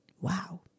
Wow